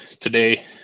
today